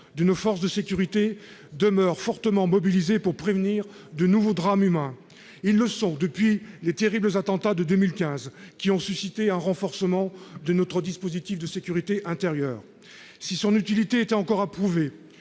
de nos forces de sécurité demeure fortement mobilisés pour prévenir de nouveaux drames humains, ils le sont depuis les terribles attentats de 2015, qui ont suscité un renforcement de notre dispositif de sécurité intérieure, si son utilité était encore approuver